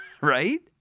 right